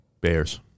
Bears